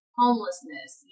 homelessness